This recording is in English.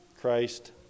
Christ